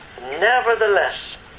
nevertheless